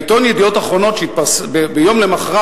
בעיתון "ידיעות אחרונות" ביום למחרת